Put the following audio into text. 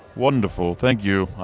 wonderful, thank you.